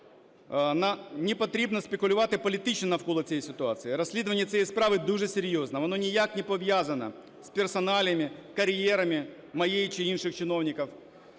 Не потрібно спекулювати політично навколо цієї ситуації. Розслідування цієї справи дуже серйозне, воно ніяк не пов'язане з персоналіями, кар'єрами моєї чи інших чиновників,